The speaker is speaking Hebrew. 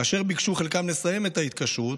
כאשר ביקשו חלקם לסיים את ההתקשרות,